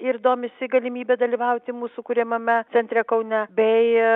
ir domisi galimybe dalyvauti mūsų kuriamame centre kaune bei